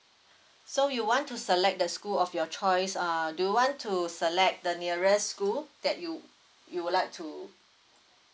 so you want to select the school of your choice uh do you want to select the nearest school that you you would like to